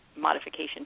modification